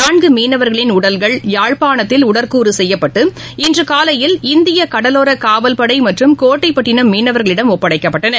நான்குமீனவர்களின் உடல்கள் யாழ்பாணத்தில் உடற்கூறுசெய்யப்பட்டு இன்றுகாலையில் இந்தியகடலோரகாவல்படைமற்றும் கோட்டைபட்டினம் மீனவர்களிடம் ஒப்படைக்கப்பட்டன